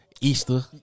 Easter